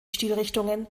stilrichtungen